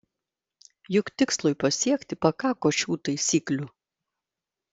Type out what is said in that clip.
juk tikslui pasiekti pakako šių taisyklių